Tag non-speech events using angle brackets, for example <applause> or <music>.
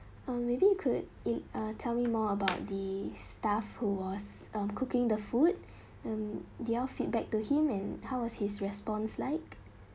um maybe you could in uh tell me more about the staff who was uh cooking the food <breath> um did you all feedback to him and how was his response like